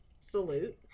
salute